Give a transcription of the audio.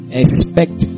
expect